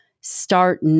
start